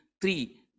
three